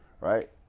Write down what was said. right